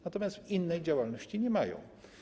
Natomiast w innej działalności - nie mają.